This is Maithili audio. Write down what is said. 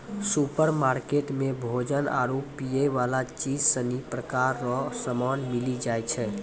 सुपरमार्केट मे भोजन आरु पीयवला चीज सनी प्रकार रो समान मिली जाय छै